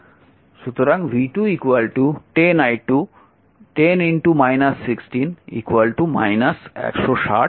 সুতরাং v2 10 i2 10 160 volt